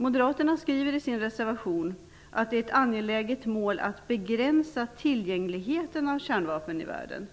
Moderaterna skriver i sin reservation "att det är ett angeläget mål att begränsa tillgängligheten av kärnvapen i världen".